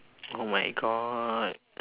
oh my god